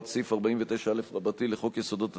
סעיף 49א רבתי לחוק יסודות התקציב,